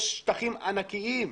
יש שטחים ענקיים.